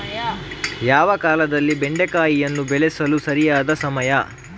ಯಾವ ಕಾಲದಲ್ಲಿ ಬೆಂಡೆಕಾಯಿಯನ್ನು ಬೆಳೆಸಲು ಸರಿಯಾದ ಸಮಯ?